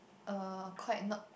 err quite not